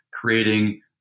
creating